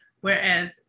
whereas